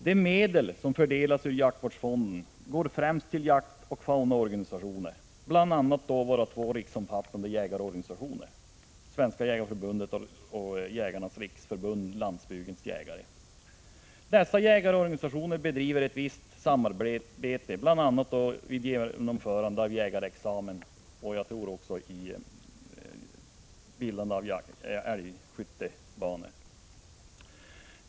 De medel som fördelas ur jaktvårdsfonden går främst till jaktoch faunaorganisationer, bl.a. våra två riksomfattande jägarorganisationer Svenska jägareförbundet och Jägarnas riksförbund-Landsbygdens jägare. Dessa jägarorganisationer bedriver ett visst samarbete, bl.a. vid arrangerandet av jägarexamen. Jag tror också att de samarbetar när det gäller älgskyttebanor och annat.